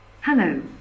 Hello